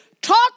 talk